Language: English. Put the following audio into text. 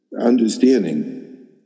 understanding